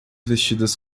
vestidas